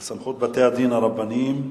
סמכות בתי-דין הרבניים